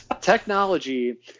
technology